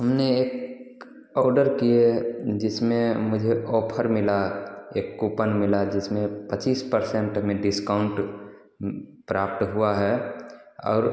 हमने एक औडर किए जिसमें मुझे औफर मिला एक कूपन मिला जिसमें पच्चीस परसेंट हमेँ डिस्काउन्ट प्राप्त हुआ है और